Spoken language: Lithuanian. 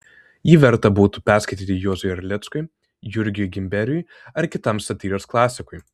jį verta būtų perskaityti juozui erlickui jurgiui gimberiui ar kitam satyros klasikui